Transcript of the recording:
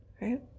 right